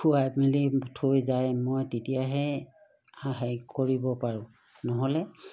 খোৱাই মেলি থৈ যায় মই তেতিয়াহে সহায় কৰিব পাৰোঁ নহ'লে